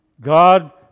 God